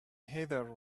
heather